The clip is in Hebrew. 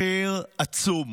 מחיר עצום,